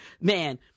man